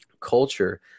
culture